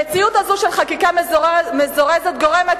המציאות הזאת של חקיקה מזורזת גורמת